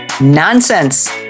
Nonsense